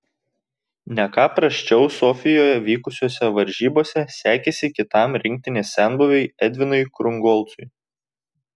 ne ką prasčiau sofijoje vykusiose varžybose sekėsi kitam rinktinės senbuviui edvinui krungolcui